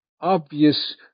obvious